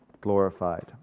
glorified